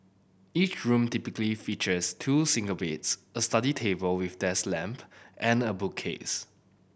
each room typically features two single beds a study table with desk lamp and a bookcase